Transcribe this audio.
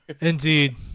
Indeed